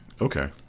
okay